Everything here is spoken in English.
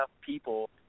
people